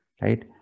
Right